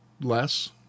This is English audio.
less